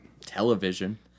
television